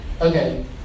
Okay